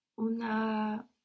Una